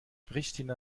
pristina